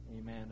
amen